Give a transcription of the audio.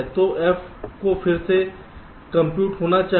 तो F को फिर फिर से कंप्यूट होना चाहिए